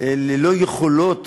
אין לשר יכולות